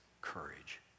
courage